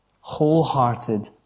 Wholehearted